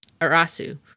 arasu